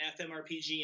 FMRPG